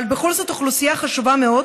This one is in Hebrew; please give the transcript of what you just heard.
אבל בכל זאת אוכלוסייה חשובה מאוד,